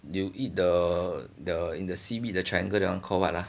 you eat the the in the seaweed the triangle that one call what ah